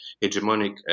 hegemonic